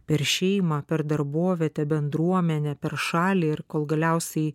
per šeimą per darbovietę bendruomenę per šalį ir kol galiausiai